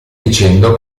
dicendo